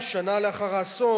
שנה לאחר האסון,